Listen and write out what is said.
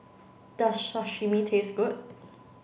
does Sashimi taste good